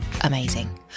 amazing